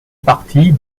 partie